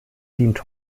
dient